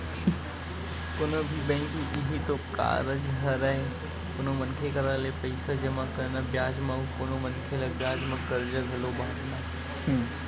कोनो भी बेंक के इहीं तो कारज हरय कोनो मनखे करा ले पइसा जमा करना बियाज म अउ कोनो मनखे ल बियाज म करजा घलो बाटना